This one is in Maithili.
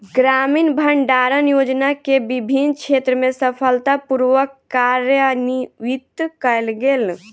ग्रामीण भण्डारण योजना के विभिन्न क्षेत्र में सफलता पूर्वक कार्यान्वित कयल गेल